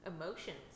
emotions